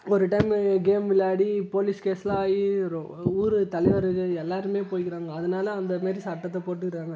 ஒரு டையமு கேம் விளாடி போலீஸ் கேசு எல்லாம் ஆகி ரொ ரொ ஊர் தலைவர் எல்லாருமே போயிருக்குறாங்க அதனால அந்த மாதிரி சட்டத்தை போட்டுவிட்றாங்க